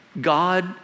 God